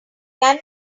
can